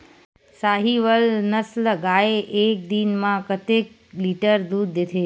साहीवल नस्ल गाय एक दिन म कतेक लीटर दूध देथे?